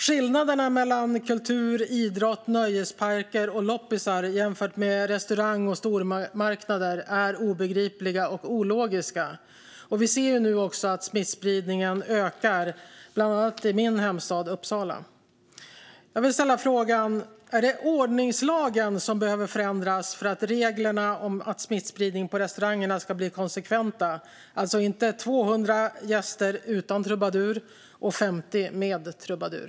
Skillnaderna mellan å ena sidan kultur och idrottsevenemang, nöjesparker och loppisar och å andra sidan restauranger och stormarknader är obegripliga och ologiska. Vi ser nu också att smittspridningen ökar, bland annat i min hemstad Uppsala. Jag vill ställa frågan om det är ordningslagen som behöver förändras för att reglerna om smittspridning på restaurangerna ska bli konsekventa - alltså inte 200 gäster utan trubadur och 50 med trubadur.